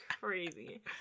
crazy